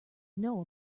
know